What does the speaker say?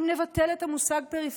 אם נבטל את המושג פריפריה,